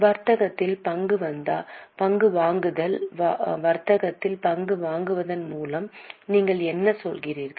வர்த்தகத்தில் பங்கு வாங்குதல் வர்த்தகத்தில் பங்கு வாங்குவதன் மூலம் நீங்கள் என்ன சொல்கிறீர்கள்